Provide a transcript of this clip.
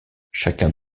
chacun